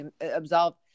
absolve